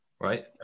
right